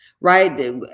right